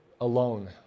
Alone